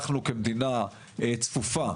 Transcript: אנחנו כמדינה צפופה,